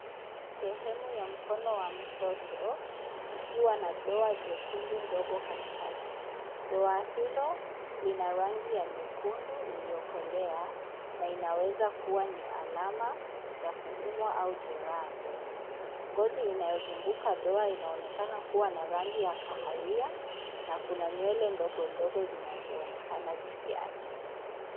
Sehemu ya mkono wa mtoto, ikiwa na doa jekundu ndogo katikati. Doa hilo, lina rangi ya nyekundu iliyokolea na inaweza kuwa ni alama ya kuumwa au jeraha ndogo. Ngozi inayozunguka doa inaonekana kuwa na rangi ya kahawia na kuna nywele ndogo zinazoonekana juu yake.